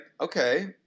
okay